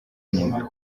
nyine